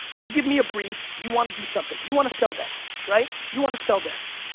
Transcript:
you give me a brief, you want to do something. you want to sell this, right, you want to sell this.